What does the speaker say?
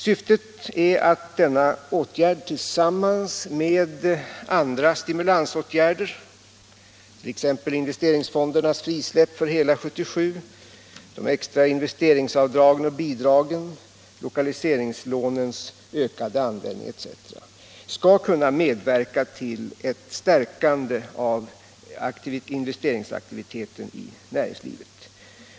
Syftet är att denna åtgärd tillsammans med andra stimulansåtgärder — t.ex. investeringsfondernas frisläppande för hela 1977, de extra investeringsavdragen och bidragen, lokaliseringslånens ökade användning etc. — skall kunna medverka till ett stärkande av investeringsaktiviteten i näringslivet.